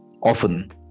Often